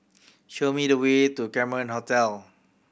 show me the way to Cameron Hotel